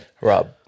Rob